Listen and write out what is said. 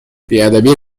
بیادبی